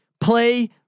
Play